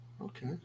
Okay